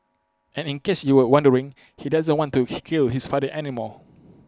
and in case you were wondering he doesn't want to he kill his father anymore